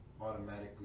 automatically